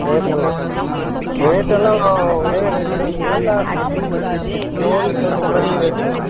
ரேட்டெல்லாம் ரேட்டெல்லாம் ஒரே ரேட்டு தானுங்களா இல்லை ப்ளேவருக்கு தகுந்த மாதிரி ரேட்டுங்களா